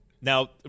Now